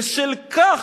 "בשל כך",